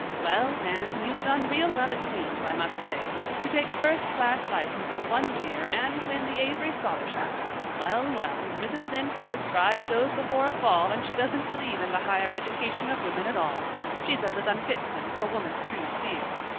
well, anne, you've done real well at queen's i must say. to take first class license in one year and win the avery scholarship well, well, mrs. lynde says pride goes before a fall and she doesn't believe in the higher education of women at all she says it unfits them for woman's true sphere.